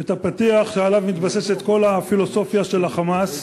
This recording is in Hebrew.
את הפתיח שעליו מתבססת כל הפילוסופיה של ה"חמאס",